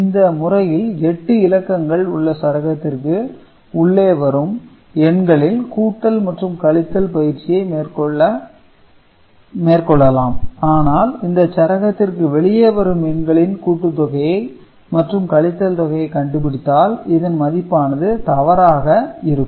இந்த முறையில் 8 இலக்கங்கள் உள்ள சரகத்திற்கு உள்ளே வரும் எண்களில் கூட்டல் மற்றும் கழித்தல் பயிற்சியை மேற்கொள்ள கொள்ளலாம் ஆனால் இந்த சரரகத்திற்கு வெளியே வரும் எண்களின் கூட்டுத் தொகையை மற்றும் கழித்தல் தொகையை கண்டுபிடித்தால் இதன் மதிப்பானது தவறாக இருக்கும்